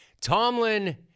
Tomlin